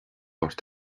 ort